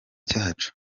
cyacu